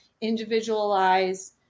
individualize